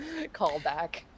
callback